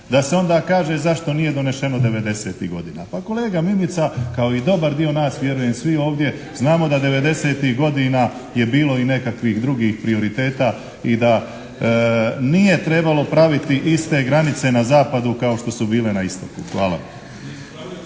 da se onda kaže zašto nije doneseno devedesetih godina. Pa kolega Mimica kao i dobar dio nas vjerujem svi ovdje znamo da devedesetih godina je bilo i nekakvih drugih prioriteta i da nije trebalo praviti iste granice na zapadu kao što su bile na istoku. Hvala.